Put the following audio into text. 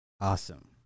awesome